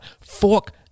fork